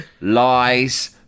lies